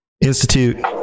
Institute